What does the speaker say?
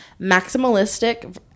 maximalistic